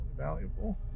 valuable